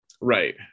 Right